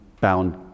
bound